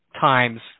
times